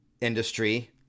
industry